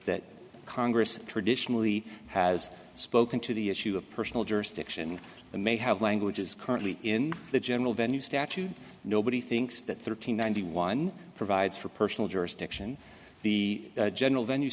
that congress traditionally has spoken to the issue of personal jurisdiction the may have language is currently in the general venue statute nobody thinks that thirteen ninety one provides for personal jurisdiction the general venue